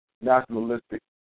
nationalistic